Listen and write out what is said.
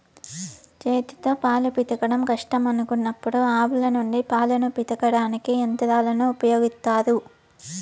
చేతితో పాలు పితకడం కష్టం అనుకున్నప్పుడు ఆవుల నుండి పాలను పితకడానికి యంత్రాలను ఉపయోగిత్తారు